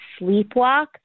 sleepwalk